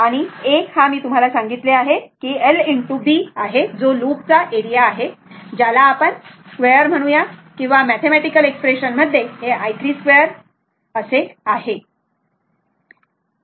आणि A हा मी तुम्हाला सांगितले आहे lb आहे जो लूपचा एरिया आहे ज्याला आपण i32 म्हणू किंवा या मॅथेमॅटिकल एक्सप्रेशन मध्ये E i 3 2i 3 i 3 2 असे आहे बरोबर